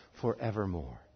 forevermore